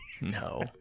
No